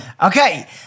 Okay